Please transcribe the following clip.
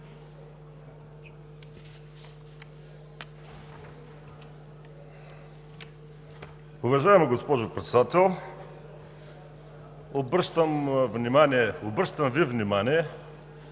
Уважаема госпожо Председател, обръщам Ви внимание